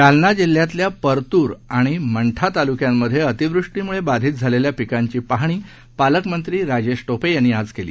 जालनाजिल्ह्यातल्यापरत्रआणिमंठाताल्क्यांमध्येअतिवृष्टीम्ळेबाधितझालेल्यापिकांची पाहणीपालकमंत्रीराजेशटोपेयांनीआजकेली